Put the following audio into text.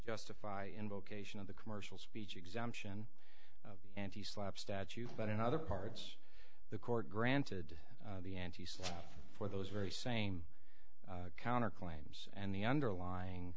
justify in vocation of the commercial speech exemption and slap statute but in other parts the court granted the ante so for those very same counter claims and the underlying